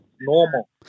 normal